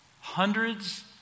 Hundreds